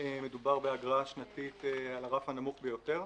מדובר באגרה שנתית על הרף הנמוך ביותר.